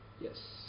yes